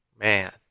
Man